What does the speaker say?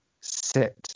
sit